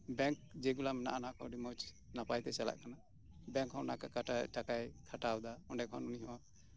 bank ᱡᱮᱜᱩᱞᱟ ᱢᱮᱱᱟᱜᱼᱟ ᱚᱱᱟ ᱠᱚ ᱟᱰᱤ ᱢᱚᱸᱡᱽ ᱱᱟᱯᱟᱭ ᱛᱮ ᱪᱟᱞᱟᱜ ᱠᱟᱱᱟ ᱵᱮᱝᱠ ᱦᱚᱸ ᱚᱱᱟ ᱠᱚ ᱴᱟᱠᱟᱭ ᱠᱷᱟᱴᱟᱣ ᱫᱟ ᱚᱸᱰᱮ ᱠᱷᱚᱱ ᱩᱱᱤᱦᱚᱸ